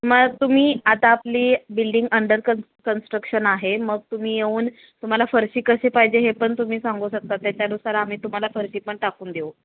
मग तुम्ही आता आपली बिल्डिंग अंडर कन्स कन्स्ट्रक्शन आहे मग तुम्ही येऊन तुम्हाला फरशी कशी पाहिजे हे पण तुम्ही सांगू शकता त्याच्यानुसार आम्ही तुम्हाला फरशी पण टाकून देऊ